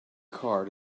car